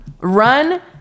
Run